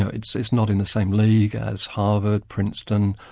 ah it's it's not in the same league as harvard, princeton,